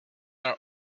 are